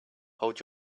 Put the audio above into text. hold